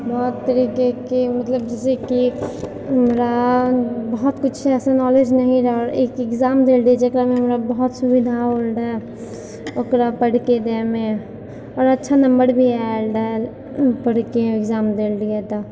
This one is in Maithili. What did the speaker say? बहुत तरीके के मतलब जैसे कि हमरा बहुत कुछ ऐसा नॉलेज नहि रहऽ एक एग्जाम देले रहियै जेकरामे हमरा बहुत सुविधा होल रहऽ ओकरा पढ़के दएमे आओर अच्छा नम्बर भी आएल रहऽ पढ़के एग्जाम देल रहियै तऽ